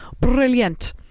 Brilliant